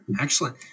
Excellent